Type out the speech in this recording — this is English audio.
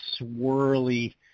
swirly